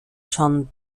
john